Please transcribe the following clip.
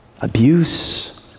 abuse